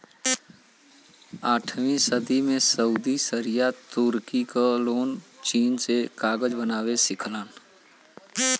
आठवीं सदी में सऊदी सीरिया तुर्की क लोग चीन से कागज बनावे सिखलन